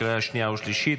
לקריאה שנייה ושלישית.